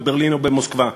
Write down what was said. בברלין או במוסקבה,